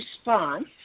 response